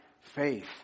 faith